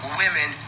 women